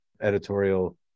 editorial